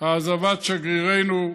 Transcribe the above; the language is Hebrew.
העזבת שגרירנו,